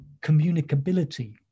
communicability